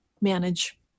manage